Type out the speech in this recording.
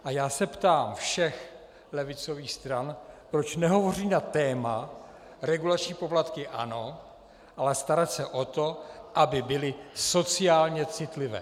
A já se ptám všech levicových stran, proč nehovoří na téma: regulační poplatky ano, ale starat se o to, aby byly sociálně citlivé.